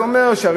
זה אומר שהרשויות,